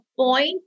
point